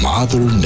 Mother